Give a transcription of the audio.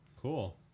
Cool